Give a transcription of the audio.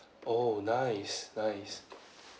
oh nice nice